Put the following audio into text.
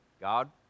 God